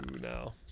Now